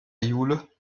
jule